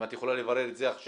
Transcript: אם את יכולה לברר את זה עכשיו,